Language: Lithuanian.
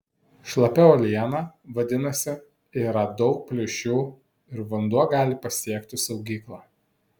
šlapia uoliena vadinasi yra daug plyšių ir vanduo gali pasiekti saugyklą